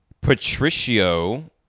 Patricio